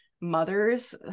mothers